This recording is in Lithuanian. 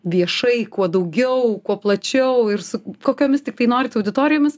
viešai kuo daugiau kuo plačiau ir su kokiomis tiktai norit auditorijomis